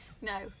No